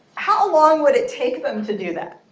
how long would it take them to do that?